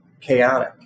chaotic